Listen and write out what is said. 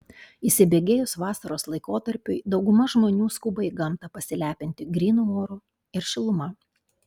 įsibėgėjus vasaros laikotarpiui dauguma žmonių skuba į gamtą pasilepinti grynu oru ir šiluma